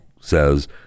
says